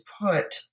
put